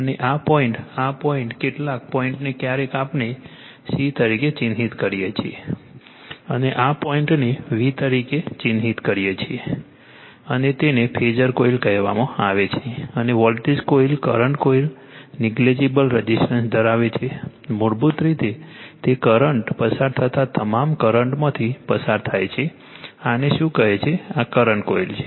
અને આ પોઈન્ટ આ પોઈન્ટ કેટલાક આ પોઈન્ટને ક્યારેક આપણે c તરીકે ચિહ્નિત કરીએ છીએ અને આ પોઈન્ટને v તરીકે ચિહ્નિત કરીએ છીએ અને તેને ફેઝર કોઇલ કહેવામાં આવે છે અને voltage coil current coil negligible resistance ધરાવે છે મૂળભૂત રીતે તે કરંટ પસાર થતા તમામ કરંટમાંથી પસાર થાય છે આને શું કહે છે આ કરંટ કોઇલ છે